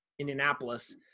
Indianapolis